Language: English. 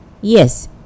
Yes